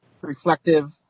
reflective